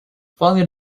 following